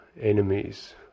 enemies